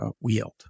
wield